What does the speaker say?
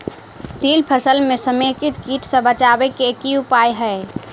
तिल फसल म समेकित कीट सँ बचाबै केँ की उपाय हय?